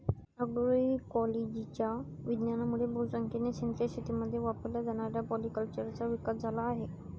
अग्रोइकोलॉजीच्या विज्ञानामुळे बहुसंख्येने सेंद्रिय शेतीमध्ये वापरल्या जाणाऱ्या पॉलीकल्चरचा विकास झाला आहे